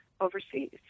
overseas